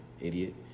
idiot